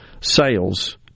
sales